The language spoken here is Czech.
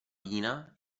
vína